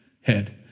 head